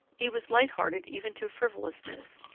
he was light-hearted even to frivolousness,